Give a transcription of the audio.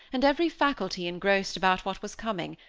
and every faculty engrossed about what was coming,